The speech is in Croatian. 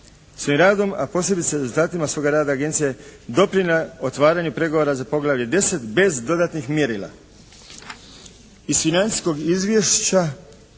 Svojim radom, a posebice rezultatima svoga rada agencija je doprinijela otvaranju pregovora za poglavlje 10. bez dodatnih mjerila.